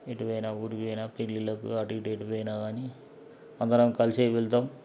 ఎటు పోయినా ఊరికి పోయినా పెళ్ళిలకు అటు ఇటు ఏటూ పోయినా గానీ అందరం కలిసే వెళ్తాం